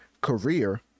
career